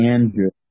Andrew